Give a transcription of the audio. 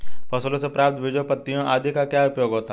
फसलों से प्राप्त बीजों पत्तियों आदि का क्या उपयोग होता है?